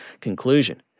Conclusion